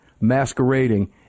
masquerading